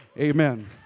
amen